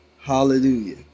Hallelujah